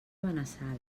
benassal